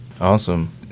Awesome